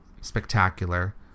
spectacular